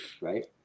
Right